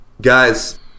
Guys